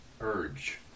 urge